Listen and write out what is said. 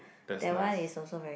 that's nice